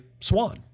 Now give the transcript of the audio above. Swan